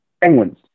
Penguins